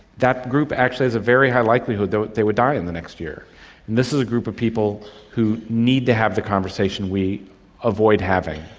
that group actually has a very high likelihood they would die in the next year. and this is a group of people who need to have the conversation we avoid having.